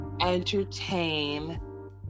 entertain